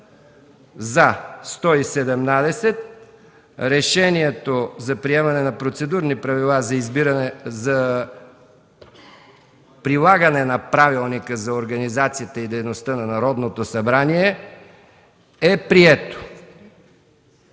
се няма. Решението за приемане на процедурни правила за прилагане на Правилника за организацията и дейността на Народното събрание е прието.